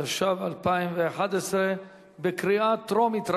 התשע"ב 2011, בקריאה טרומית.